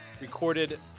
recorded